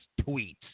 tweets